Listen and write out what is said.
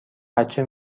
بچه